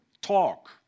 talk